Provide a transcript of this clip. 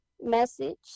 Message